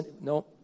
No